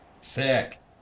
Sick